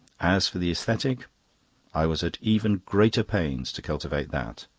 as for the aesthetic i was at even greater pains to cultivate that.